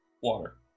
water